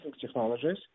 technologies